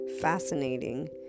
fascinating